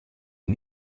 ihn